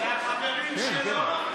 זה החברים שלו.